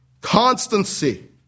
constancy